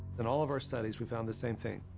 in all of our studies, we found the same thing.